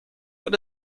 what